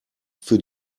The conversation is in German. für